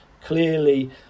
Clearly